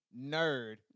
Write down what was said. nerd